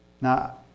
Now